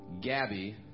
Gabby